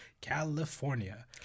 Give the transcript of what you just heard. California